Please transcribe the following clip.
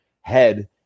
head